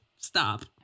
stop